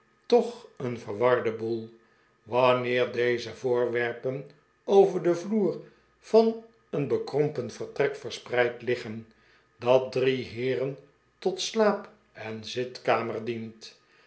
toch een verwarden boel wanneer deze voorwerpen over den vloer van een bekrompen vertrek verspreid liggen dat drie heeren tot slaap en zitkamer dient